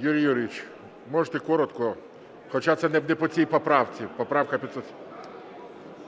Юрій Юрійович, можете коротко? Хоча це не по цій поправці. Поправка... 13:10:30 АРІСТОВ Ю.Ю.